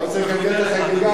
לא צריך לקלקל את החגיגה,